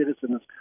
citizens